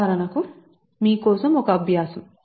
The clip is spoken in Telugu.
ఉదాహరణకు ఇది మీకు సరైన అబ్యాసము